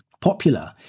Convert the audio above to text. popular